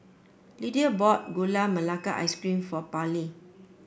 Lidia bought Gula Melaka Ice Cream for Pairlee